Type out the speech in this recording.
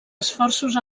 esforços